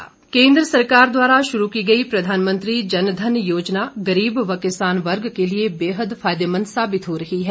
जनधन योजना केन्द्र सरकार द्वारा शुरू की गई प्रधानमंत्री जनधन योजना गरीब व किसान वर्ग के लिए बेहद फायदेमंद साबित हो रही है